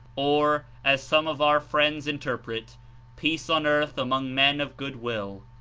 or, as some of our friends interpret peace on earth among men of good will.